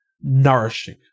nourishing